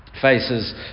faces